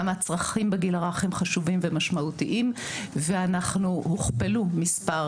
כמה הצרכים בגיל הרך הם חשובים ומשמעותיים והוכפלו מספר